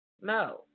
No